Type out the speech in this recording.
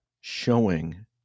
showing